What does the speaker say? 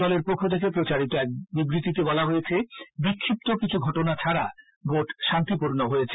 দলের পক্ষ থেকে প্রচারিত এক বিবৃতিতে বলা হয়েছে বিক্ষিপ্ত কিছু ঘটনা ছাড়া ভোট শান্তিপূর্ণ হয়েছে